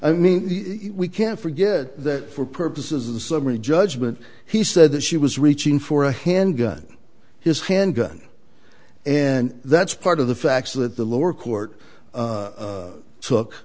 i mean we can't forget that for purposes of the summary judgment he said that she was reaching for a handgun his handgun and that's part of the facts that the lower court took